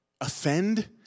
offend